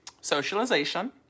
Socialization